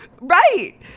Right